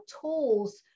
tools